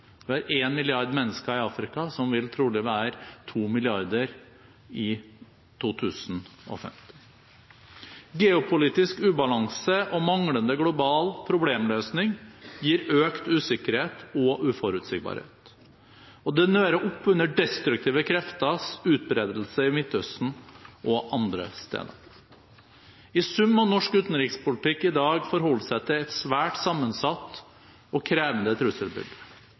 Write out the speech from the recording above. det er en milliard mennesker i Afrika som trolig vil være to milliarder i 2050. Geopolitisk ubalanse og manglende global problemløsning gir økt usikkerhet og uforutsigbarhet, og det nører opp under destruktive krefters utbredelse i Midtøsten og andre steder. I sum må norsk utenrikspolitikk i dag forholde seg til et svært sammensatt og krevende trusselbilde.